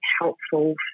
helpful